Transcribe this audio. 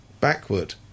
backward